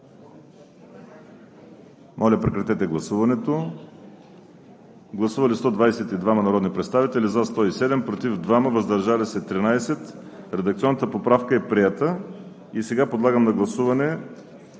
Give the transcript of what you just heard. Моля, режим на гласуване. Гласували 122 народни представители: за 107, против 2, въздържали се 13. Редакционната поправка е приета. Подлагам на гласуване